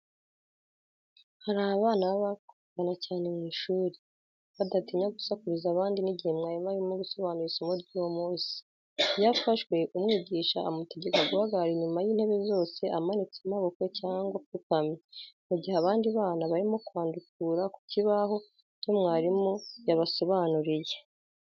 Hari abana baba bakubagana cyane mu ishuri, badatinya gusakurisha abandi n'igihe mwarimu arimo gusobanura isomo ry'uwo munsi; iyo afashwe umwigisha amutegeka guhagarara inyuma y'intebe zose amanitse amaboko cyangwa apfukamye, mu gihe abandi bana barimo kwandukura ku kibaho, ibyo mwarimu yabasobanuriye.